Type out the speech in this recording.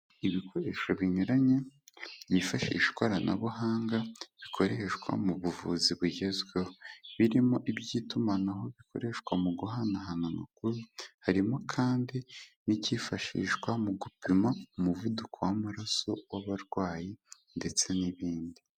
Ibikoresho binyuranye byifashisha ikoranabuhanga, bikoreshwa mu buvuzi bugezweho. Birimo iby'itumanaho bikoreshwa mu guhanahana amakuru, harimo kandi n'icyifashishwa mu gupima umuvuduko w'amaraso w'abarwayi ndetse n'ibindi.